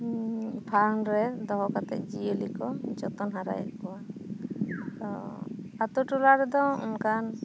farm ᱨᱮ ᱫᱚᱦᱚ ᱠᱟᱛᱮᱫ ᱡᱤᱭᱟᱹᱞᱤ ᱠᱚ ᱡᱚᱛᱚᱱ ᱦᱟᱨᱟᱭᱮᱫ ᱠᱚᱣᱟ ᱚᱻ ᱟᱹᱛᱩ ᱴᱚᱞᱟ ᱨᱮ ᱫᱚ ᱚᱱᱠᱟᱱ